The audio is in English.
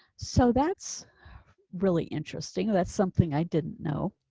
so that's really interesting. that's something i didn't know